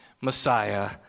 Messiah